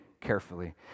carefully